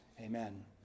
Amen